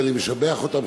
ואני משבח אותם,